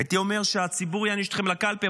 הייתי אומר שהציבור יעניש אתכם בקלפי,